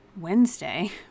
Wednesday